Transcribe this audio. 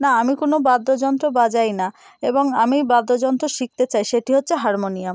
না আমি কোনো বাদ্যযন্ত্র বাজাই না এবং আমি বাদ্যযন্ত্র শিখতে চাই সেটি হচ্ছে হারমোনিয়াম